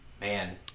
Man